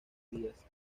días